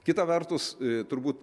kita vertus turbūt